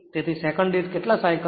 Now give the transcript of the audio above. તેથી સેકંડ દીઠ કેટલા સાઇકલ